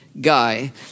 guy